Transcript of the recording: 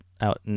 out